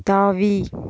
தாவி